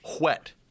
wet